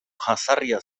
jazarria